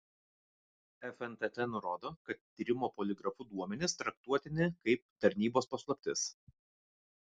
fntt nurodo kad tyrimo poligrafu duomenys traktuotini kaip tarnybos paslaptis